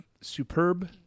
Superb